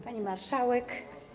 Pani Marszałek!